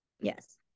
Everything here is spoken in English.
Yes